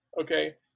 Okay